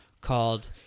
called